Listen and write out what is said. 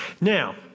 Now